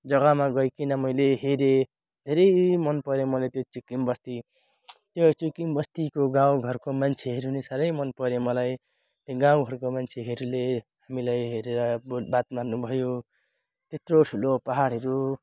जगामा गईकन मैले हेरेँ धेरै मन पर्यो मलाई त्यो चुइकिम बस्ती त्यो चुइकिम बस्तीको गाउँ घरको मान्छेहरू साह्रै मन पर्यो मलाई त्यो गाउँहरूको मान्छेहरूले हामीलाई हेरेर बहुत बात मार्नु भयो त्यत्रो ठुलो पहाडहरू